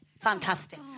Fantastic